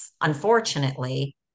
unfortunately